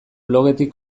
blogetik